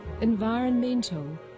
Environmental